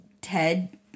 Ted